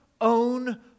own